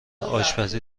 آشپزی